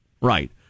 right